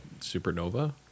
Supernova